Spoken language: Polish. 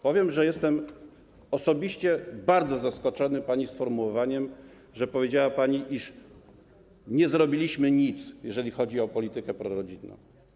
Powiem, że jestem osobiście bardzo zaskoczony pani sformułowaniem, powiedziała pani, iż nie zrobiliśmy nic, jeżeli chodzi o politykę prorodzinną.